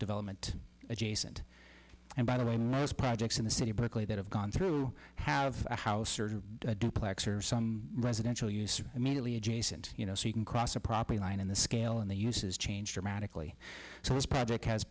development adjacent and by the way projects in the city of berkeley that have gone through have a house or a duplex or some residential use or immediately adjacent you know so you can cross a property line in the scale and the uses changed dramatically so this p